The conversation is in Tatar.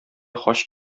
хаҗ